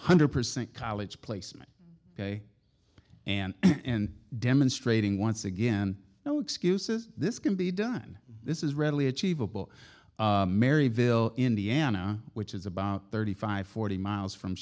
hundred percent college placement and demonstrating once again no excuses this can be done this is readily achievable maryville indiana which is about thirty five forty miles from